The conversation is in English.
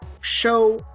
show